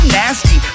nasty